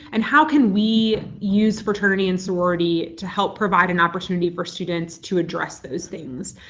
and how can we use fraternity and sorority to help provide an opportunity for students to address those things.